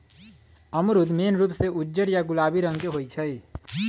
अमरूद मेन रूप से उज्जर या गुलाबी रंग के होई छई